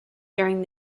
during